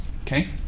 Okay